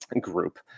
group